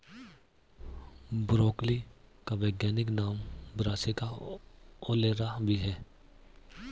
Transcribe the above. broccoli का वैज्ञानिक नाम ब्रासिका ओलेरा भी है